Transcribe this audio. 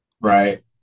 right